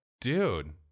dude